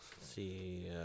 see